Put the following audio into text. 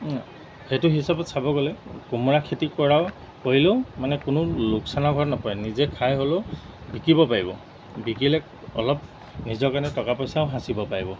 সেইটো হিচাপত চাব গ'লে কোমোৰা খেতি কৰাও কৰিলেও মানে কোনো লোকচানৰ ঘৰত নপৰে নিজে খাই হ'লেও বিকিব পাৰিব বিকিলে অলপ নিজৰ কাৰণে টকা পইচাও সাঁচিব পাৰিব